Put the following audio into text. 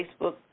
Facebook